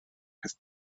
peth